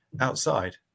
outside